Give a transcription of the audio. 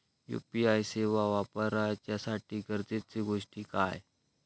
UPI सेवा वापराच्यासाठी गरजेचे गोष्टी काय?